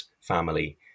family